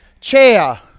Chair